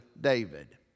David